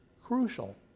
crucial.